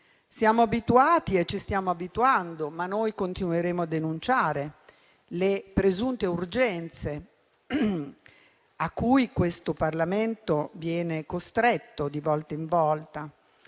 Siamo abituati e ci stiamo abituando, ma continueremo a denunciare le presunte urgenze a cui il Parlamento viene costretto di volta in volta,